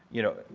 you know,